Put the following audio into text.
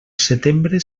setembre